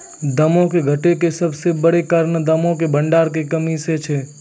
दामो के घटै के सभ से बड़ो कारण दामो के भंडार मे कमी सेहे छै